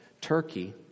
Turkey